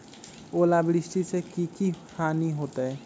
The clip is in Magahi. ओलावृष्टि से की की हानि होतै?